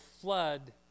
flood